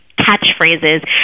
catchphrases